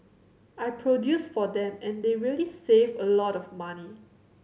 I produce for them and they really save a lot of money